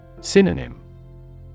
Synonym